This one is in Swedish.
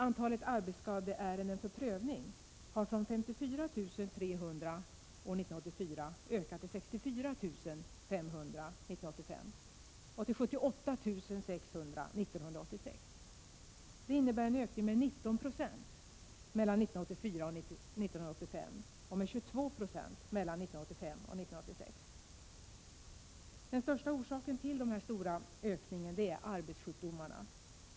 Antalet arbetsskadeärenden för prövning har från 54 300 år 1984 ökat till 64 500 år 1985 och till 78 600 år 1986. Det innebär en ökning med 19 26 mellan 1984 och 1985 och med 22 96 mellan 1985 och 1986. Den största orsaken till ökningen är arbetssjukdomarna.